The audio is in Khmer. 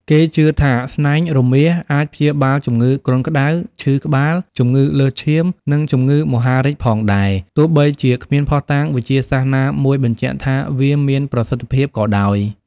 គេជឿថាស្នែងរមាសអាចព្យាបាលជំងឺគ្រុនក្តៅ ឈឺក្បាល ជំងឺលើសឈាម និងជំងឺមហារីកផងដែរ ទោះបីជាគ្មានភស្តុតាងវិទ្យាសាស្ត្រណាមួយបញ្ជាក់ថាវាមានប្រសិទ្ធភាពក៏ដោយ។